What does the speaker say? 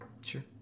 Sure